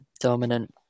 Dominant